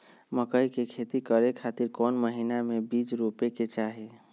मकई के खेती करें खातिर कौन महीना में बीज रोपे के चाही?